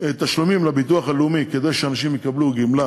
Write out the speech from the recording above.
תשלומים לביטוח הלאומי כדי שאנשים יקבלו גמלה